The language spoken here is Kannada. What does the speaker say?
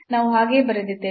ನಾವು ಹಾಗೆಯೇ ಬರೆದಿದ್ದೇವೆ